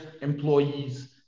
employees